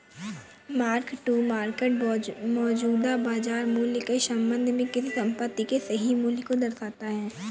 mark to market मौजूदा बाजार मूल्य के संबंध में किसी संपत्ति के सही मूल्य को दर्शाता है